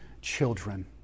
children